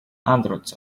hundreds